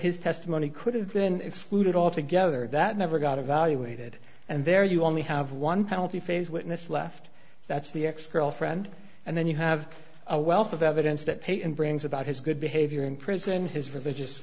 his testimony could have been excluded altogether that never got evaluated and there you only have one penalty phase witness left that's the ex girlfriend and then you have a wealth of evidence that peyton brings about his good behavior in prison his religious